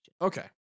Okay